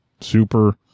super